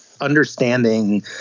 understanding